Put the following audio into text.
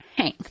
hey